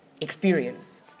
experience